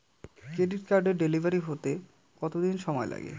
Credit কার্ডের delivery হতে কতদিন সময় লাগে?